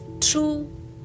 true